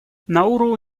науру